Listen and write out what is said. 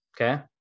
Okay